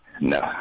No